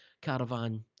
caravan